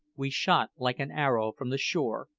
we shot like an arrow from the shore,